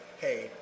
hey